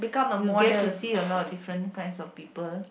you get to see a lot of different kinds of people